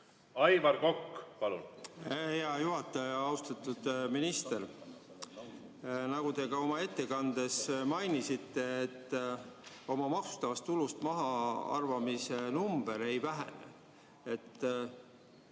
Aivar Kokk, palun! Hea juhataja! Austatud minister! Nagu te ka oma ettekandes mainisite, maksustatavast tulust mahaarvamise number ei vähene. Pean